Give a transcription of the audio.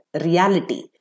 reality